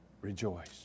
rejoice